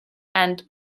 and